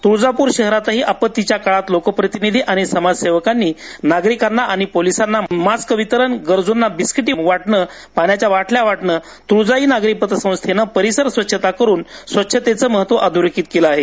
तुळजापूर शहरातही आपत्तीच्या काळात लोकप्रतिनिधी आणि समाजसेवकांनी नागरिकांना आणि पोलिसांना मास्क वितरण गरजूंना बिस्किटं पाण्याच्या बाटल्या तुळजाई नागरी पतसंस्थेनं परिसर स्वच्छता करून स्वच्छतेचे महत्त्व अधोरेखित केलं आहे